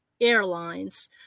Airlines